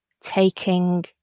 taking